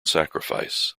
sacrifice